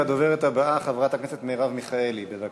הדוברת הבאה, חברת הכנסת מרב מיכאלי, בבקשה.